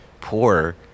poor